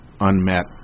unmet